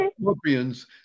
scorpions